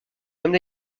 comme